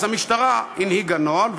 אז המשטרה הנהיגה נוהל,